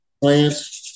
plans